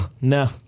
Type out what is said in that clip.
No